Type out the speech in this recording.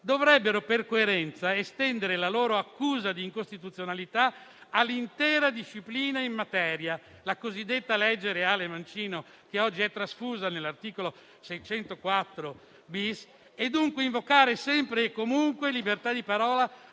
dovrebbero per coerenza estendere la loro accusa di incostituzionalità all'intera disciplina in materia, la cosiddetta legge Reale-Mancino, che oggi è trasfusa nell'articolo 604-*bis* del codice penale, e dunque invocare sempre e comunque libertà di parola